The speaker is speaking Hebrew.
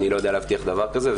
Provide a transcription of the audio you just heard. אני לא יודע להבטיח דבר כזה,